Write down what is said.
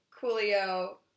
Coolio